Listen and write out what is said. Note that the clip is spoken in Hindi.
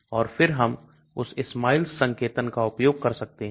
और फिर हम उस SMILES संकेतन का उपयोग कर सकते हैं